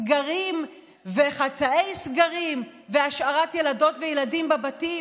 סגרים וחצאי סגרים והשארת ילדות וילדים בבתים.